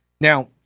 Now